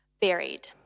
buried